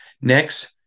Next